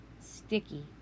Sticky